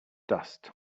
dust